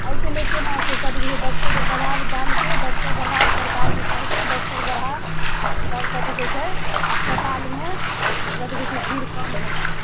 एहिके लेके ने से कथि कहियै डॉक्टर पर दबाव डालिके डॉक्टर बढ़ा सरकारके कहिके डॉक्टर बढ़ा आ तब कथि कहैत छै अस्पतालमे कथि कहैत छै भीड़ कम होतै